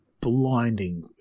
blinding